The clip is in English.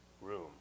room